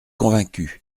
convaincu